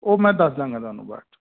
ਉਹ ਮੈਂ ਦੱਸ ਦਿਆਂਗਾ ਤੁਹਾਨੂੰ ਬਾਅਦ 'ਚ